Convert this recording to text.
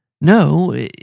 No